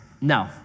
No